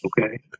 Okay